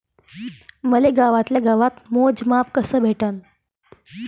मले गावातल्या गावात मोजमाप कस भेटन?